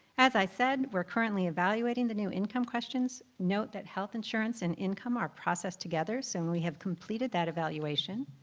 as i said, we're currently evaluating the new income questions. note that health insurance and income are processed together, so and we have completed that evaluation.